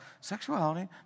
sexuality